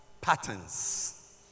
patterns